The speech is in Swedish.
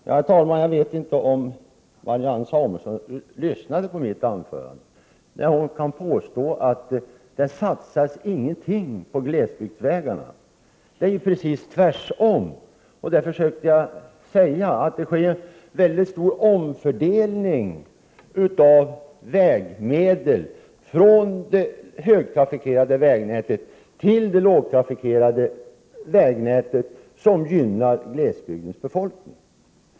Herr talman! Jag vet inte om Marianne Samuelsson lyssnade på mitt anförande, eftersom hon kan påstå att det inte satsas något på glesbygdsvägarna. Det är ju precis tvärtom. Jag försökte säga att det sker en mycket stor omfördelning av vägmedel från det högtrafikerade vägnätet till det lågtrafikerade vägnätet, vilket gynnar glesbygdens befolkning.